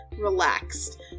relaxed